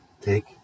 take